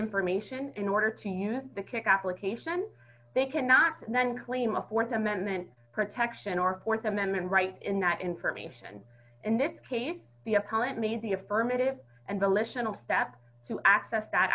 information in order to use the kick application they cannot then claim a th amendment protection or th amendment right in that information in this case the appellant made the affirmative and the list in a step to access that